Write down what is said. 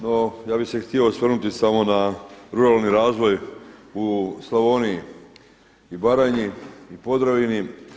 No, ja bih se htio osvrnuti samo na ruralni razvoj u Slavoniji i Baranji i Podravini.